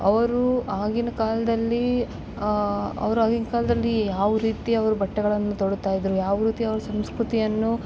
ಅವರು ಆಗಿನ ಕಾಲದಲ್ಲಿ ಅವರು ಆಗಿನ ಕಾಲದಲ್ಲಿ ಯಾವ ರೀತಿ ಅವರು ಬಟ್ಟೆಗಳನ್ನ ತೊಡ್ತಾ ಇದ್ದರು ಯಾವ ರೀತಿ ಅವರ ಸಂಸ್ಕೃತಿಯನ್ನು